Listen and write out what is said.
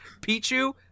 Pichu